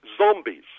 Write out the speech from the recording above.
zombies